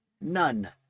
None